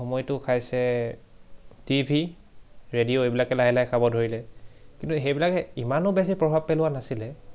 সময়টো খাইছে TV radio এইবিলাকে লাহে লাহে খাব ধৰিলে কিন্তু সেইবিলাকে ইমানো বেছি প্ৰভাৱ পেলোৱা নাছিলে